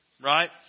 Right